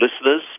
listeners